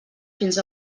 fins